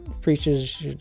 preaches